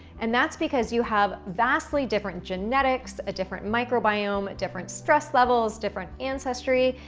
and that's because you have vastly different genetics, a different microbiome, different stress levels, different ancestry,